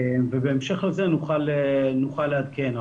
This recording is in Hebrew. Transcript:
בהמשך לזה נוכל לעדכן,